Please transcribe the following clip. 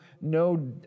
no